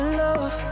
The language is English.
love